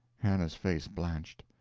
hannah's face blanched.